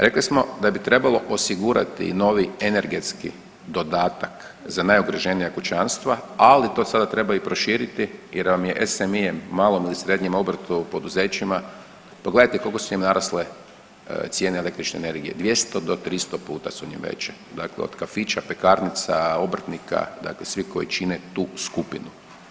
Rekli smo da bi trebalo osigurati novi energetski dodatak za najugroženija kućanstva, ali to sada treba i proširiti jer vam je MSP malom ili srednjem obrtu i poduzećima, pogledajte koliko su im narasle cijene električne energije 200 do 300 puta su im veće, dakle od kafića, pekarnica, obrtnika, dakle svi koji čine tu skupinu.